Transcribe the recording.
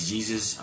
Jesus